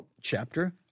chapter